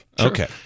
Okay